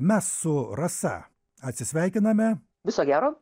mes su rasa atsisveikiname viso gero